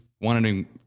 wanted